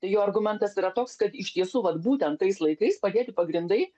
jo argumentas yra toks kad iš tiesų vat būtent tais laikais padėti pagrindai